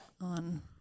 on